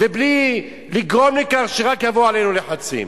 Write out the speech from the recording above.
ובלי לגרום לכך שרק יבואו עלינו לחצים.